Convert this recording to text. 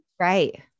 Right